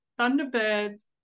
Thunderbirds